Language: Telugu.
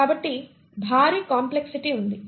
కాబట్టి భారీ కాంప్లెక్సిటీ ఉంది